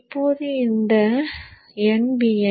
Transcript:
இப்போது இது nVin